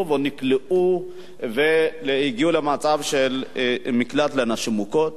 ונקלעו והגיעו למצב של מקלט לנשים מוכות.